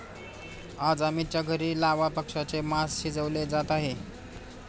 आज अमितच्या घरी लावा पक्ष्याचे मास शिजवले जात आहे